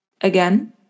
again